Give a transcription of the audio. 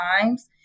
times